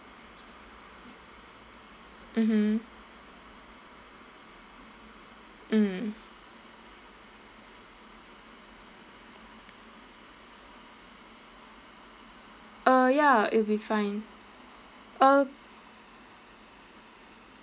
mmhmm mm uh ya it'll be fine uh